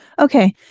Okay